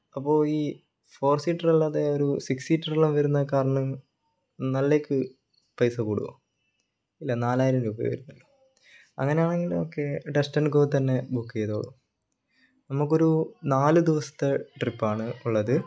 അപ്പോൾ ഈ four seater അല്ലാതെ ഒരു സിക്സ് സീറ്റർ ഉള്ള വരുന്ന കാറിന് നല്ലക്ക് പൈസ കൂടുമോ ഇല്ല നാലായിരം രൂപയേ വരുന്നുള്ളൂ അങ്ങനെയാണെങ്കിൽ ഓക്കേ ഡാറ്റ്സൻ ഗോ തന്നെ ബുക്ക് ചെയ്തോളൂ നമുക്കൊരു നാല് ദിവസത്തെ ട്രിപ്പ് ആണ് ഉള്ളത്